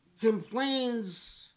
complains